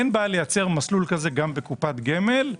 אין בעיה לייצר מסלול כזה גם בקופת גמל,